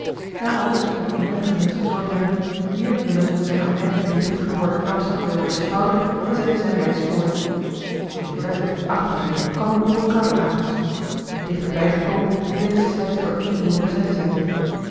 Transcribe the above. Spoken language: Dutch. na aldus voor den inwendigen mensch gezorgd te hebben wierp willem zijn aanmerkelijk lichter geworden knapzak weer over den schouder en zette zijne reis voort in de verte achter hem kwam eene boerenkar aanhotsen dichterbij gekomen bleek ze slechts door éen boer bezet te zijn